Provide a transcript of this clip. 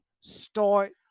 start